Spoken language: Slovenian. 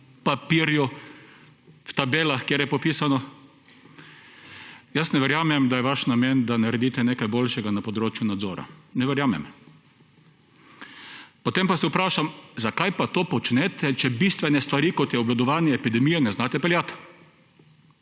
papirju v tabelah. Jaz ne verjamem, da je vaš namen, da naredite nekaj boljšega na področju nadzora. Ne verjamem. Potem pa se vprašam, zakaj to počnete, če bistvene stvari, kot je obvladovanje epidemije, ne znate peljati.